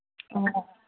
ꯑꯣ